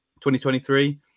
2023